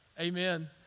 amen